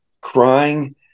crying